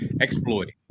exploiting